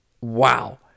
Wow